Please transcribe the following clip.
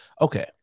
okay